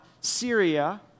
Syria